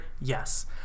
Yes